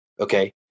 okay